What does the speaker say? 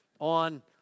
on